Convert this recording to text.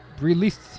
released